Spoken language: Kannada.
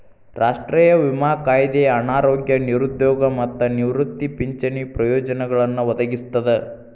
ರಾಷ್ಟ್ರೇಯ ವಿಮಾ ಕಾಯ್ದೆ ಅನಾರೋಗ್ಯ ನಿರುದ್ಯೋಗ ಮತ್ತ ನಿವೃತ್ತಿ ಪಿಂಚಣಿ ಪ್ರಯೋಜನಗಳನ್ನ ಒದಗಿಸ್ತದ